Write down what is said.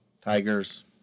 Tigers